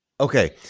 Okay